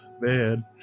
man